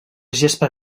gespa